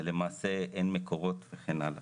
ושלמעשה אין מקורות וכן הלאה.